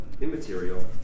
immaterial